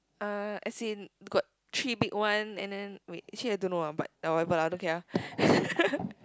uh as in got three big one and then wait I actually I don't know ah but whatever lah don't care ah